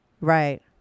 Right